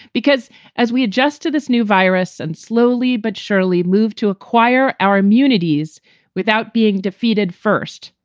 because as we adjust to this new virus and slowly but surely move to acquire our immunities without being defeated first,